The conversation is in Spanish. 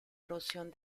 erosión